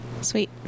sweet